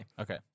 Okay